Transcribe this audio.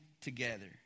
together